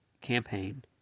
campaign